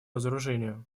разоружению